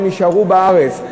הם יישארו בארץ.